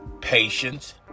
patience